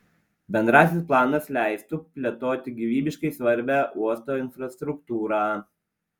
bendrasis planas leistų plėtoti gyvybiškai svarbią uosto infrastruktūrą